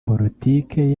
politique